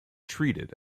treated